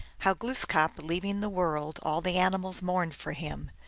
how glooskap, leaving the world, all the animals mourned for him,